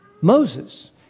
Moses